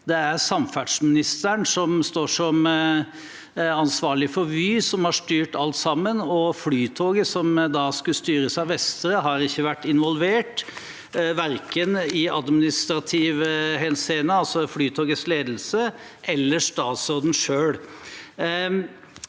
Det er samferdselsministeren, som står som ansvarlig for Vy, som har styrt alt sammen, og Flytoget, som da skulle styres av Vestre, har ikke vært involvert, verken administrativt ved Flytogets ledelse eller ved statsråden selv.